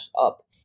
up